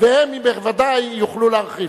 והם בוודאי יוכלו להרחיב.